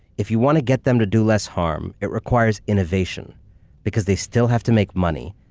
if you want to get them to do less harm, it requires innovation because they still have to make money,